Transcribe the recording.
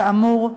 כאמור,